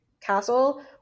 castle